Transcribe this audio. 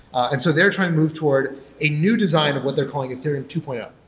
and so they're trying to move toward a new design of what they're calling ethereum two point um